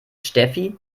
steffi